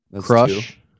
Crush